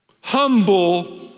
humble